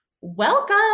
Welcome